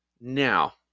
Now